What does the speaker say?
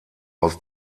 aus